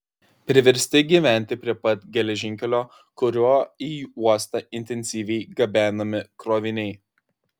priversti gyventi prie pat geležinkelio kuriuo į uostą intensyviai gabenami kroviniai